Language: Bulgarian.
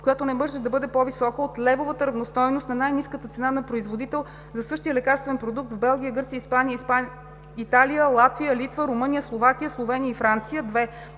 която не може да бъде по-висока от левовата равностойност на най-ниската цена на производител за същия лекарствен продукт в Белгия, Гърция, Испания, Италия, Латвия, Литва, Румъния, Словакия, Словения и Франция; 2.